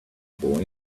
boy